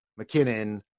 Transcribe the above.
McKinnon